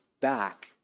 back